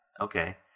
Okay